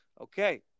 Okay